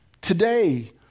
today